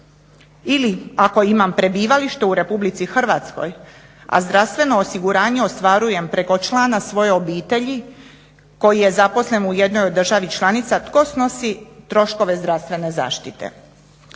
Ili, ako imam prebivalište u RH a zdravstveno osiguranje ostvarujem preko člana svoje obitelji koji je zaposlen u jednoj od država članica tko snosi troškove zdravstvene zaštite?